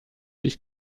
sich